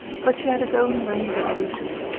but she had his own range of allusions,